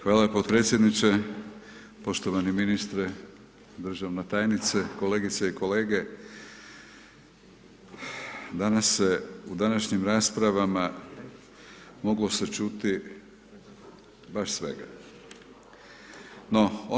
Hvala podpredsjedniče, poštovani ministre, državna tajnice, kolegice i kolege danas se u današnjim raspravama moglo se čuti baš svega.